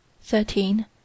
thirteen